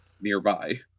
nearby